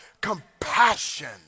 Compassion